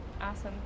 Awesome